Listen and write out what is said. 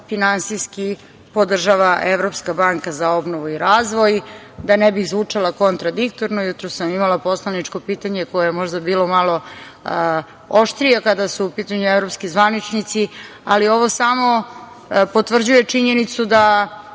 finansijski podržava Evropska banka za obnovu i razvoj. Da ne bih zvučala kontradiktorno, jutros sam imala poslaničko pitanje koje je možda bilo malo oštrije kada su u pitanju evropski zvaničnici, ali ovo samo potvrđuje činjenicu da